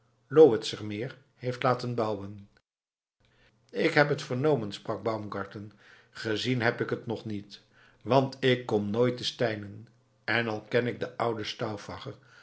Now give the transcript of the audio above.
lowetzermeer heeft laten bouwen ik heb het vernomen sprak baumgarten gezien heb ik het nog niet want ik kom nooit te steinen en al ken ik den ouden